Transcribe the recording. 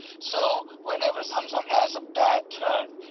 so whenever samsung has a bad turn,